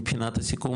מבחינת הסיכום,